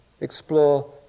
explore